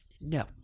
No